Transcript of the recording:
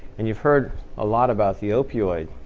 and you've heard a lot about the opioid